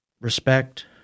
respect